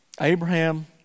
Abraham